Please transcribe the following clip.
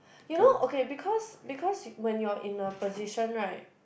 you know okay because because when you're in a position right